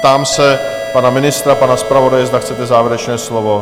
Ptám se pana ministra, pana zpravodaje, zda chcete závěrečné slovo?